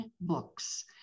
books